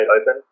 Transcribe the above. open